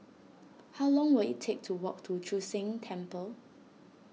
how long will it take to walk to Chu Sheng Temple